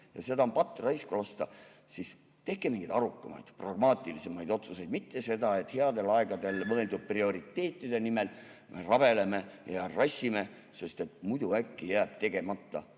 ja seda on patt raisku lasta, siis tehke mingeid arukamaid, pragmaatilisemaid otsuseid, mitte nii, et headel aegadel seatud prioriteetide nimel me rabeleme ja rassime, sest muidu jääb see tegemata.